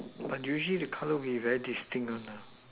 but usually the colour would be very distinct